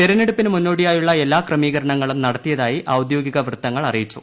തെരഞ്ഞെടുപ്പിന് മുന്നോടിയായുള്ള് പ്പ് എല്ലാ ക്രമീകരണങ്ങളും നടത്തിയതായി ഔദ്യോഗിക് വൃത്തങ്ങൾ അറിയിച്ചു